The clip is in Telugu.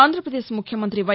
ఆంధ్రప్రదేశ్ ముఖ్యమంతి వై